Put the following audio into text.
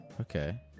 Okay